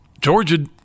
Georgia